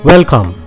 Welcome